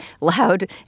loud